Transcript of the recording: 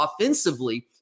offensively